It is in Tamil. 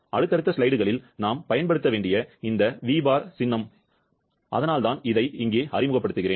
அடுத்தடுத்த ஸ்லைடுகளில் நாம் பயன்படுத்த வேண்டிய இந்த ῡ பார் சின்னம் அதனால்தான் இதை இங்கே அறிமுகப்படுத்துகிறேன்